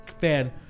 fan